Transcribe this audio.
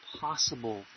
possible